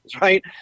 right